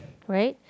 right